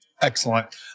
Excellent